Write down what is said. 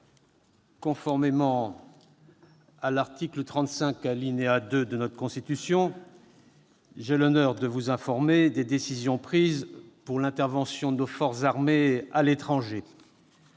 conformément à l'article 35, alinéa 2, de notre Constitution, j'ai l'honneur de vous informer des décisions prises pour l'intervention de nos forces armées à l'étranger.